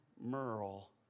Merle